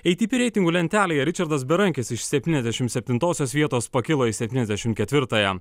atp reitingų lentelėje ričardas berankis iš septyniasdešim septintosios vietos pakilo į septyniasdešim ketvirtąją